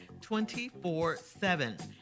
24-7